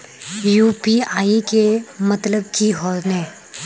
UPI के मतलब की होने?